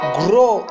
grow